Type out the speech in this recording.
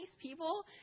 people